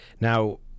now